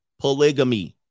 polygamy